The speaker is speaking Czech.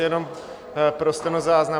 Jenom pro stenozáznam.